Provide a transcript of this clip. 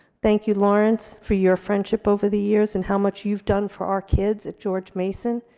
thank you, lawrence, for your friendship over the years, and how much you've done for our kids at george mason.